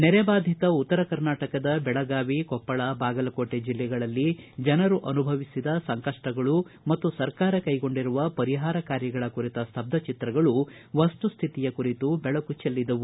ನೆರೆ ಬಾಧಿತ ಉತ್ತರ ಕರ್ನಾಟಕದ ಬೆಳಗಾವಿ ಕೊಪ್ಪಳ ಬಾಗಲಕೋಟೆ ಜಿಲ್ಲೆಗಳಲ್ಲಿ ಜನರು ಅನುಭವಿಸಿದ ಸಂಕಷ್ಟಗಳು ಮತ್ತು ಸರ್ಕಾರ ಕೈಗೊಂಡಿರುವ ಪರಿಹಾರ ಕಾರ್ಯಗಳ ಕುರಿತ ಸ್ತಬ್ದ ಚಿತ್ರಗಳು ವಸ್ತು ಸ್ಥಿತಿಯ ಕುರಿತು ಬೆಳಕು ಜೆಲ್ಲಿದವು